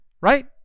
right